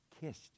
kissed